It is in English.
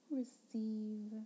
receive